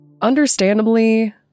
Understandably